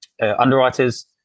underwriters